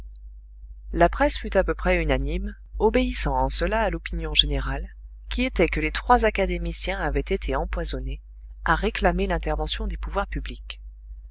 la presse fut à peu près unanime obéissant en cela à l'opinion générale qui était que les trois académiciens avaient été empoisonnés à réclamer l'intervention des pouvoirs publics